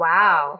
Wow